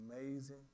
amazing